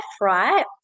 right